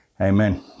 Amen